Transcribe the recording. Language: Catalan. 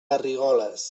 garrigoles